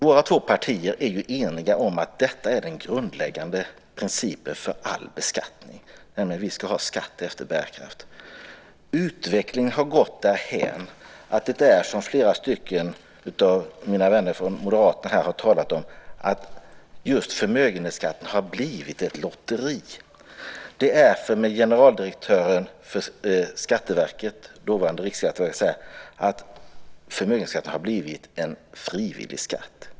Våra två partier är eniga om att den grundläggande principen för all beskattning är att vi ska ha skatt efter bärkraft. Men utvecklingen har gått dithän att det är som flera av mina vänner från Moderaterna här talat om, nämligen att just förmögenhetsskatten har blivit ett lotteri. Generaldirektören för det tidigare Riksskatteverket säger att förmögenhetsskatten har blivit en frivillig skatt.